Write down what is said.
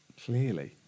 Clearly